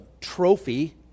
trophy